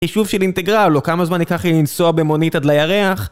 חישוב של אינטגרל או כמה זמן ייקח לי לנסוע במונית עד לירח